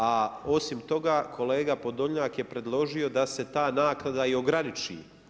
A osim toga, kolega Podolnjak je predložio da se ta naknada i ograniči.